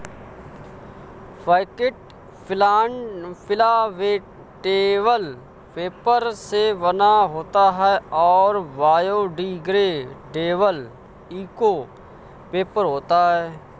packet plantable paper से बना होता है और बायोडिग्रेडेबल इको पेपर होता है